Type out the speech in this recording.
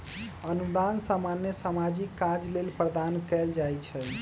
अनुदान सामान्य सामाजिक काज लेल प्रदान कएल जाइ छइ